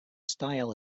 style